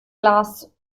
glas